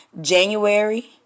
January